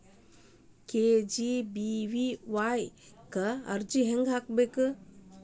KGBVY ಕ್ಕ ಅರ್ಜಿ ಹೆಂಗ್ ಹಾಕೋದು?